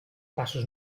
passos